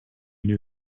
knew